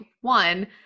one